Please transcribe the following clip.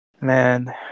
Man